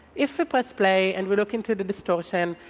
if we press play and we look into the distortion,